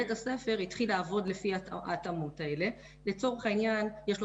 בית הספר התחיל לעבוד לפי ההתאמות האלה לצורך העניין יש לו